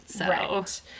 Right